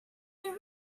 there